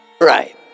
Right